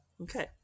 Okay